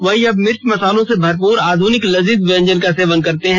वहीं अब मिर्च मसालों से भरपूर आधुनिक लजीज व्यंजन का सेवन करते हैं